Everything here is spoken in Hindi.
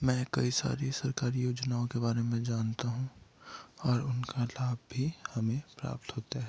मैं कई सारी सरकारी योजनाओं के बारे में जानता हूँ और उनका लाभ भी हमें प्राप्त होता है